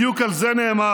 בדיוק על זה נאמר,